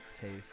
taste